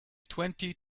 twenty